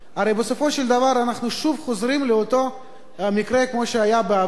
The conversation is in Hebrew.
הרי בסופו של דבר אנחנו שוב חוזרים לאותו המקרה שהיה בעבר,